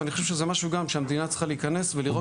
ואני חושב שגם זה משהו שהמדינה צריכה להיכנס ולראות מה קורה.